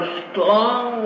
strong